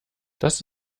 das